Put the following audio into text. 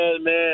man